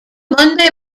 monday